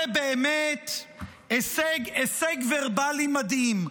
זה באמת הישג ורבלי מדהים.